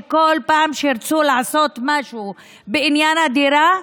שבכל פעם שירצו לעשות משהו בעניין הדירה,